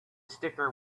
sticker